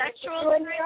sexual